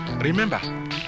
Remember